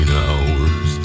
hours